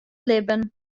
libben